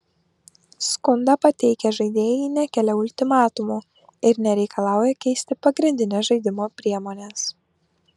skundą pateikę žaidėjai nekelia ultimatumų ir nereikalauja keisti pagrindinės žaidimo priemonės